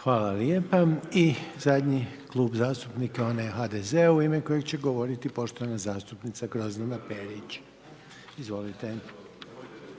Željko (HDZ)** Hvala lijepo. Zadnji Klub zastupnika, HDZ-a, u ime kojeg će govoriti poštovana zastupnica Grozdana Perić, izvolite.